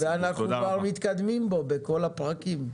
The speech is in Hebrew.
אנחנו כבר מתקדמים בכל הפרקים.